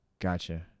Gotcha